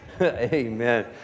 Amen